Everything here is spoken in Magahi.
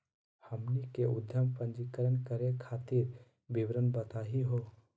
हमनी के उद्यम पंजीकरण करे खातीर विवरण बताही हो?